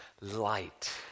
light